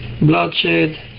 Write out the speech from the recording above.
bloodshed